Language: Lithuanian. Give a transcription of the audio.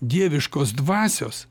dieviškos dvasios